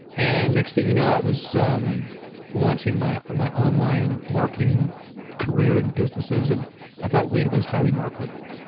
and next thing you know, i was, i'm um launching my um my online marketing career and businesses, and i thought wade was highly marketable.